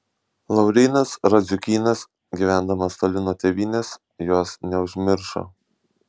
laurynas radziukynas gyvendamas toli nuo tėvynės jos neužmiršo